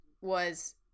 was-